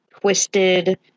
twisted